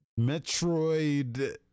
Metroid